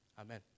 Amen